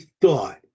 thought